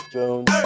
Jones